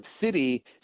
City